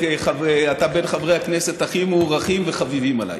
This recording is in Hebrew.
כי אתה בין חברי הכנסת הכי מוערכים וחביבים עליי.